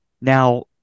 Now